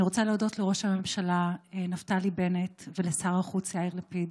אני רוצה להודות לראש הממשלה נפתלי בנט ולשר החוץ יאיר לפיד,